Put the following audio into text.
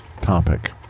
topic